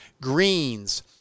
greens